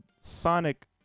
Sonic